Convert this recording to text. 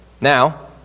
Now